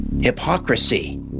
hypocrisy